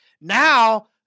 Now